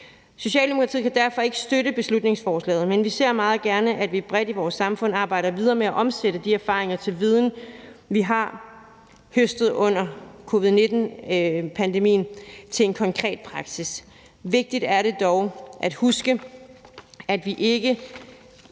Socialdemokratiet kan derfor ikke støtte beslutningsforslaget, men vi ser meget gerne, at vi bredt i vores samfund arbejder videre med at omsætte de erfaringer, vi har høstet under covid-19-pandemien, til viden og konkret praksis. Vigtigt er det dog at huske, at vi ikke